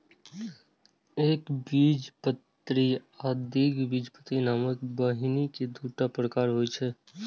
एकबीजपत्री आ द्विबीजपत्री नामक बीहनि के दूटा प्रकार होइ छै